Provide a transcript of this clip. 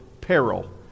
peril